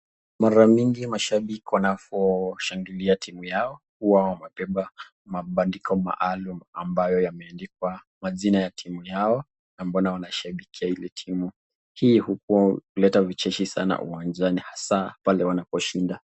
Mara nyingi mashabiki wanaposhangilia timu yao, huwa wanabebea mabandiko maalum ambayo yameandikwa majina ya timu yao na mbona wanashabikia hili timu. Hii huleta vicheshi sana uwanjani hasa pale wanaposhinda.